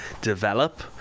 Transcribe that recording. develop